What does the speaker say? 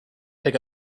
pick